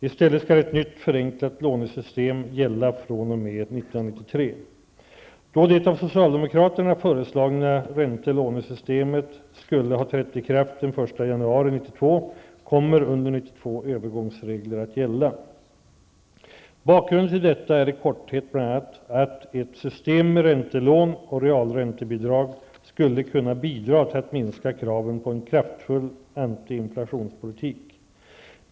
I stället skall ett nytt förenklat lånesystem gälla fr.o.m. år 1993. Då det av socialdemokraterna föreslagna räntelånesystemet skulle ha trätt i kraft den 1 januari 1992 kommer under 1992 övergångsregler att gälla. Bakgrunden till detta är i korthet bl.a. att ett system med räntelån och realräntebidrag skulle kunna bidra till att minska kraven på en kraftfull antiinflationspolitik.